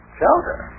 shelter